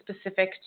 specific